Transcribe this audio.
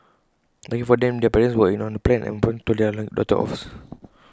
luckily for them their parents were in on the plan and promptly told their daughters off